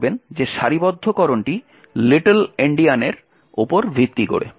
মনে রাখবেন যে সারিবদ্ধকরণটি লিটল এন্ডিয়ানের উপর ভিত্তি করে